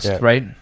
right